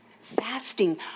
Fasting